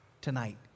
tonight